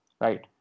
right